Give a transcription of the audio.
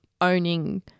owning